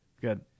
Good